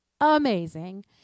amazing